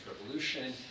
Revolution